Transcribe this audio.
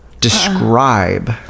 describe